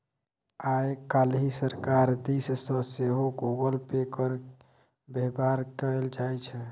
आय काल्हि सरकार दिस सँ सेहो गूगल पे केर बेबहार कएल जाइत छै